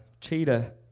cheetah